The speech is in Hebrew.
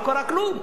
לא קרה כלום,